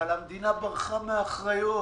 אבל המדינה ברחה מאחריות.